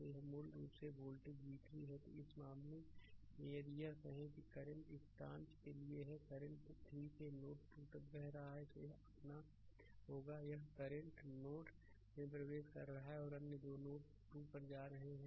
तो यह मूल रूप से वोल्टेज v3 है तो इस मामले में यदि यह कहें कि करंट इस ब्रांच के लिए है करंट 3 से नोड 2 तक बह रहा है तो यहअपना होगा कि यह करंट नोड में प्रवेश कर रहा है और अन्य दो नोड 2 पर जा रहे हैं